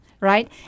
right